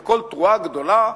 בקול תרועה גדולה,